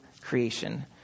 creation